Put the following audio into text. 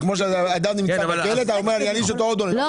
זה כמו שאדם נמצא בכלא ואתה אומר: אעניש אותו עוד יותר.